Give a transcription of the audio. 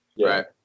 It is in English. Right